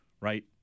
right